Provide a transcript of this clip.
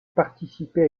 participer